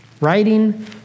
writing